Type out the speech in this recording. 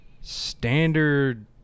standard